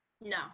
No